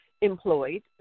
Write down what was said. employed